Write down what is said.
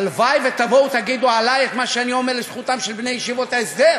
הלוואי שתבואו ותגידו עלי מה שאני אומר לזכותם של בני ישיבות ההסדר.